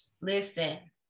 Listen